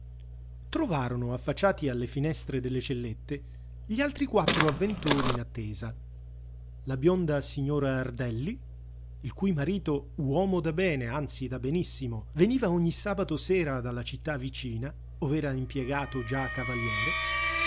trovarono affacciati alle finestre delle cellette gli altri quattro avventori in attesa la bionda signora ardelli il cui marito uomo da bene anzi da benissimo veniva ogni sabato sera dalla città vicina ov'era impiegato già cavaliere